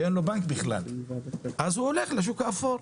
ואין לו בנק בכלל, אז הוא הולך לשוק האפור.